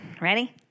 Ready